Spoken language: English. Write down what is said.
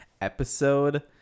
episode